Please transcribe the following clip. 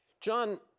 John